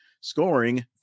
scoring